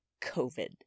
covid